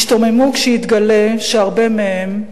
ישתוממו כשיתגלה שהרבה מהם,